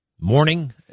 Morning